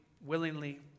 willingly